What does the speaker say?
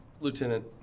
Lieutenant